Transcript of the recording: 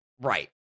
Right